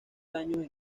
daños